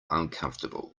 uncomfortable